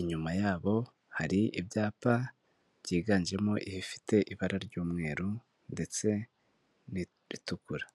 Inyuma yabo hari ibyapa byiganjemo ibifite ibara ry'umweru ndetse n'iritukura.